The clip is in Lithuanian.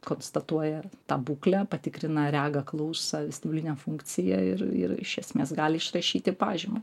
konstatuoja tą būklę patikrina regą klausą vestibulinę funkciją ir ir iš esmės gali išrašyti pažymą